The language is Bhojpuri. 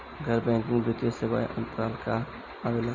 गैर बैंकिंग वित्तीय सेवाए के अन्तरगत का का आवेला?